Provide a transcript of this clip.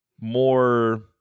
more